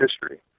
history